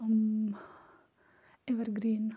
evergreen